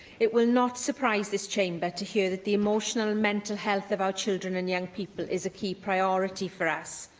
it will not surprise this chamber to hear that the emotional and mental health of our children and young people is a key priority for us.